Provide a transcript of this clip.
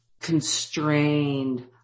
constrained